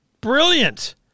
Brilliant